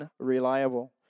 unreliable